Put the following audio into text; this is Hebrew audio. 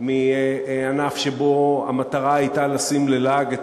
מענף שבו המטרה הייתה לשים ללעג את